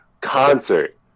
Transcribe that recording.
concert